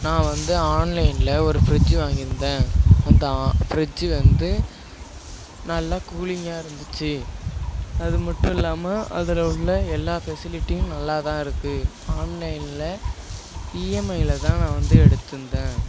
நான் வந்து ஆன்லைனில் ஒரு ஃபிரிட்ஜ் வாங்கியிருந்தேன் அந்த ஃபிரிட்ஜ் வந்து நல்ல கூலிங்காக இருந்துச்சு அது மட்டும் இல்லாமல் அதில் உள்ள எல்லா ஃபெசிலிட்டியும் நல்லாதான் இருக்குது ஆன்லைனில் இஎம்ஐயில் தான் நான் வந்து எடுத்திருந்தேன்